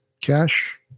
Cash